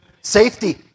Safety